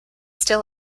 still